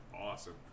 awesome